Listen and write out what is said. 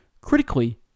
Critically